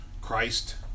Christ